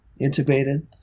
intubated